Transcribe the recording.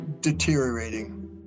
deteriorating